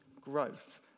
growth